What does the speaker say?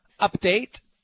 Update